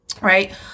right